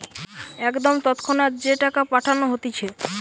একদম তৎক্ষণাৎ যে টাকা পাঠানো হতিছে